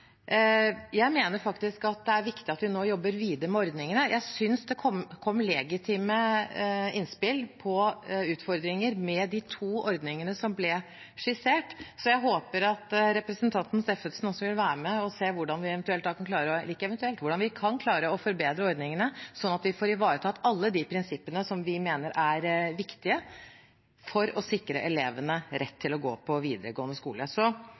Jeg mener det er viktig at vi nå jobber videre med ordningene. Jeg synes det kom legitime innspill på utfordringer med de to ordningene som ble skissert, så jeg håper at representanten Steffensen også vil være med og se på hvordan vi kan klare å forbedre ordningene, sånn at vi får ivaretatt alle de prinsippene som vi mener er viktige for å sikre elevene rett til å gå på videregående